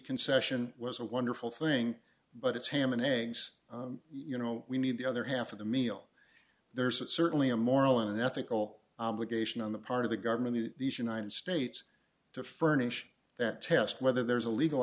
concession was a wonderful thing but it's ham and eggs you know we need the other half of the meal there's certainly a moral and ethical obligation on the part of the government in these united states to furnish that test whether there's a legal